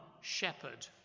shepherd